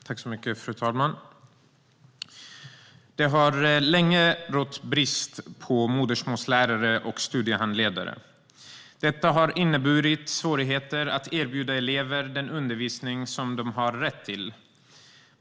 Fru talman! Det har länge rått brist på modersmålslärare och studiehandledare. Detta har inneburit svårigheter att erbjuda elever den undervisning de har rätt till.